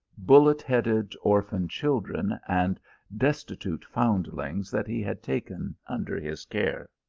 bullet-headed orphan children and destitute foundlings, that he had taken under his care.